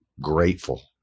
Grateful